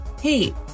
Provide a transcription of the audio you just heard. hey